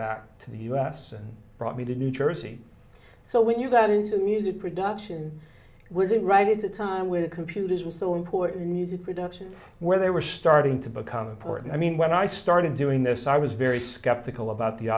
back to the u s and brought me to new jersey so when you got into music production were doing right is the time when computers were so important needed production where they were starting to become important i mean when i started doing this i was very skeptical about the